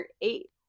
eight